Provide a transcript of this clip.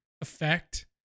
effect